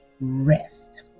rest